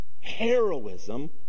heroism